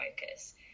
focus